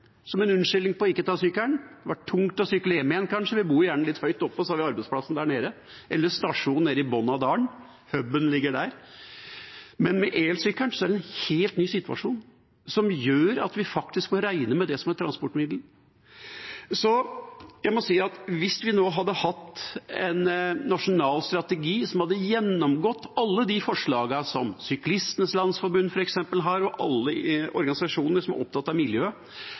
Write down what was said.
var kanskje tungt å sykle hjem igjen. Vi bor jo gjerne litt høyt oppe, og så har vi arbeidsplassen der nede, eller stasjonen nede i bunnen av dalen, og puben ligger der. Men med elsykkelen er det en helt ny situasjon, som gjør at vi faktisk må regne med den som et transportmiddel. Hvis vi nå hadde hatt en nasjonal strategi som hadde gjennomgått alle forslagene som f.eks. Syklistenes landsforening har, og som alle organisasjonene som er opptatt av